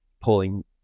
pulling